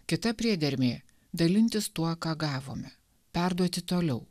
kita priedermė dalintis tuo ką gavome perduoti toliau